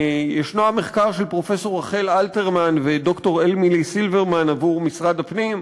ישנו המחקר של פרופסור רחל אלתרמן וד"ר אמילי סילברמן עבור משרד הפנים,